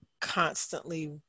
constantly